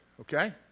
okay